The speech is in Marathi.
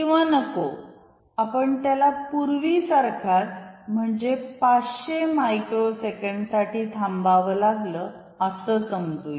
किंवा नको आपण त्याला पूर्वीसारखाच म्हणजे 500 मायक्रो सेकंड साठी थांबावं लागलं असं समजू या